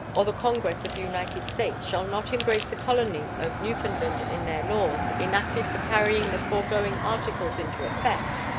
or the congress of the united states shall not embrace the colony of newfoundland in their laws enacted for carrying the foregoing articles into effect,